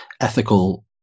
ethical